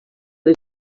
les